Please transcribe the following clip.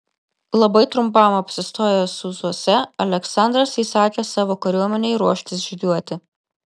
labai trumpam apsistojęs sūzuose aleksandras įsakė savo kariuomenei ruoštis žygiuoti